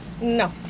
No